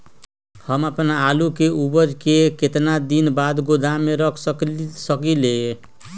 हम अपन आलू के ऊपज के केतना दिन बाद गोदाम में रख सकींले?